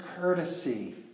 courtesy